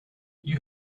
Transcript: you